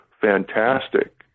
fantastic